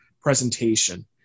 presentation